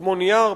כמו נייר,